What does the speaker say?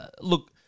Look